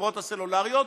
החברות הסלולריות,